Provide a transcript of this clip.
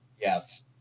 Yes